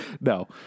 No